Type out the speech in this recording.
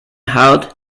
hart